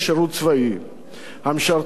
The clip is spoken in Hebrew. המשרתות והמשרתים בצה"ל,